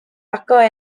occur